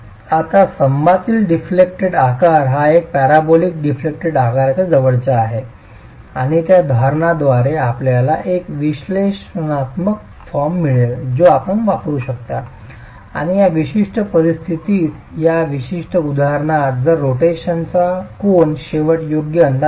आता स्तंभातील डिफ्लेक्टेड आकार हा एक पॅराबोलिक डिफ्लेक्टेड आकाराच्या जवळचा आहे आणि त्या धारणाद्वारे आपल्याला एक विश्लेषणात्मक फॉर्म मिळेल जो आपण वापरू शकता आणि या विशिष्ट परिस्थितीत या विशिष्ट उदाहरणात जर रोटेशनचा कोन शेवट योग्य अंदाज आहे